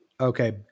okay